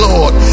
Lord